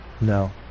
no